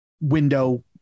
window